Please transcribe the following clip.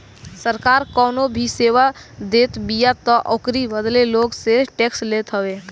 सरकार कवनो भी सेवा देतबिया तअ ओकरी बदले लोग से टेक्स लेत हवे